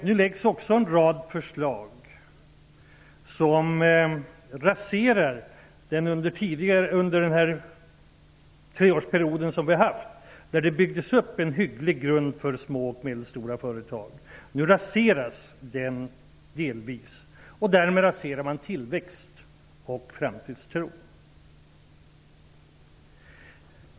Nu läggs också fram en rad förslag som raserar den grund som byggdes upp under vår treårsperiod. Det byggdes då upp en hygglig grund för små och medelstora företag. Nu raseras den delvis. Därmed raseras tillväxten och framtidstron.